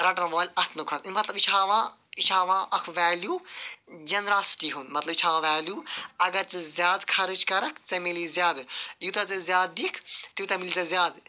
رَٹَن وٲلۍ اتھو کھۄتہ مَطلَب یہِ چھُ ہاوان یہِ چھُ ہاوان اکھ ویلیٚو جنراسٹی ہُنٛد مَطلَب یہِ چھُ ہاوان ویلیٚو اگر ژٕ زیاد خرچ کَرَکھ ژےٚ میلی زیادٕ یوٗتاہ ژٕ زیاد دِکھ تیوتاہ مِلہ ژےٚ زیادٕ